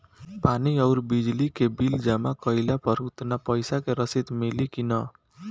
पानी आउरबिजली के बिल जमा कईला पर उतना पईसा के रसिद मिली की न?